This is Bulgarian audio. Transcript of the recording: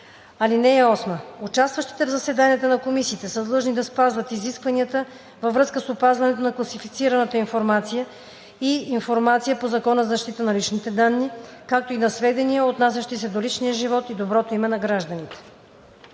същите. (8) Участващите в заседанията на комисиите са длъжни да спазват изискванията във връзка с опазване на класифицираната информация и информация по Закона за защита на личните данни, както и на сведения, отнасящи се до личния живот и доброто име на гражданите.“